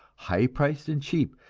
high-priced and cheap,